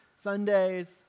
Sundays